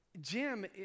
Jim